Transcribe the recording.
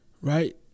Right